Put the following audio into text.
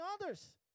others